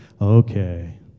okay